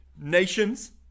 nations